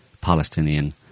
Palestinian